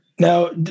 Now